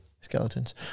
Skeletons